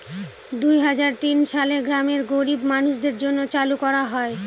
দুই হাজার তিন সালে গ্রামের গরীব মানুষদের জন্য চালু করা হয়